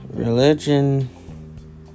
Religion